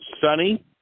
Sunny